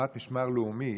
לעומת משמר לאומי,